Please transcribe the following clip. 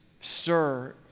stir